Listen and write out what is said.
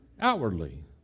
outwardly